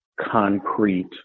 concrete